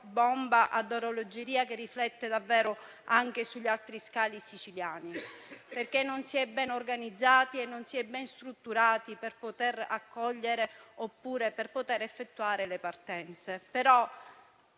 bomba ad orologeria, che si riflette anche sugli altri scali siciliani, perché non si è ben organizzati e non si è ben strutturati per poter accogliere, oppure per poter effettuare le partenze.